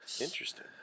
interesting